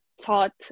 taught